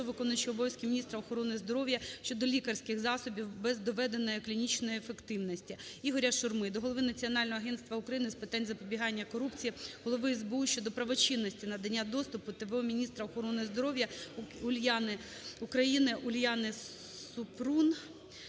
виконуючої обов'язки міністра охорони здоров'я щодо лікарських засобів без доведеної клінічної ефективності. ІгоряШурми до голови Національного агентства України з питань запобігання корупції, Голови СБУ щодо правочинності надання доступу т.в.о. міністра охорони здоров'я України Уляни Супрун